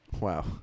Wow